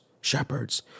shepherds